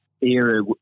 era